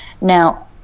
now